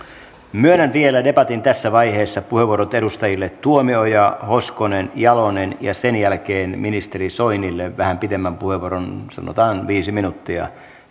myönnän vielä debatin tässä vaiheessa puheenvuorot edustajille tuomioja hoskonen ja jalonen ja sen jälkeen ministeri soinille vähän pidemmän puheenvuoron sanotaan viisi minuuttia